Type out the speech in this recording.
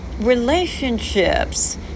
relationships